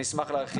אני אשמח להרחיב.